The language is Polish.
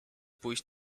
pójść